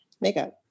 makeup